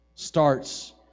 Starts